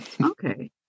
Okay